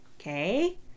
okay